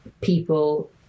people